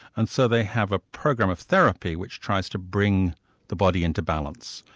and so they have a program of therapy which tries to bring the body into balance.